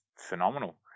Phenomenal